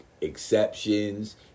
exceptions